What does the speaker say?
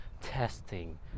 testing